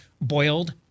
boiled